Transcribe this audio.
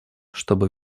чтобы